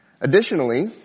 Additionally